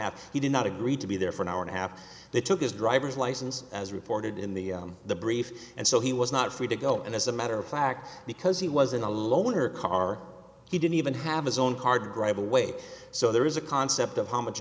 half he did not agree to be there for an hour and a half they took his driver's license as reported in the the brief and so he was not free to go and as a matter of fact because he was in a loaner car he didn't even have his own hard drive away so there is a concept of how much